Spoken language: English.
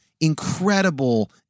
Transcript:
incredible